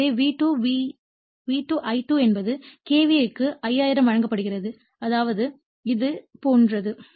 எனவே V2 I2 என்பது KVA க்கு 5000 வழங்கப்படுகிறது அதாவது இது இது போன்றது